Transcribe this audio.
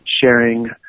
sharing